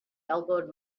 elbowed